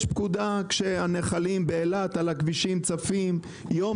יש פקודה כשהנחלים באילת צפים על הכבישים,